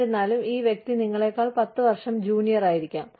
എന്നിരുന്നാലും ഈ വ്യക്തി നിങ്ങളേക്കാൾ 10 വർഷം ജൂനിയറായിരിക്കാം